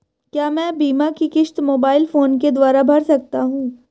क्या मैं बीमा की किश्त मोबाइल फोन के द्वारा भर सकता हूं?